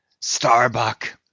Starbuck